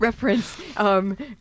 reference